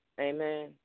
Amen